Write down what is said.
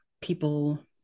people